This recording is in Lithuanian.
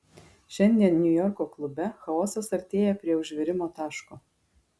šiandien niujorko klube chaosas artėja prie užvirimo taško